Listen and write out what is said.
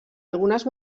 algunes